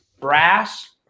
brass